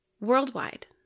worldwide